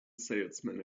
salesman